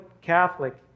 Catholic